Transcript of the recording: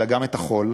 אלא גם את החול,